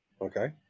okay